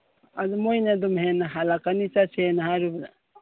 ꯑꯗꯨ ꯃꯣꯏꯅꯗꯨꯝ ꯍꯦꯟꯅ ꯍꯦꯜꯂꯛꯀꯅꯤ ꯆꯠꯁꯦꯅ ꯍꯥꯏꯔꯨꯕꯗ